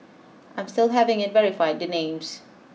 I'm still having it verified the names